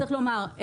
צריך לומר,